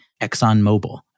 ExxonMobil